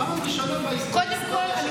זאת הפעם הראשונה בהיסטוריה שלכם כאופוזיציה.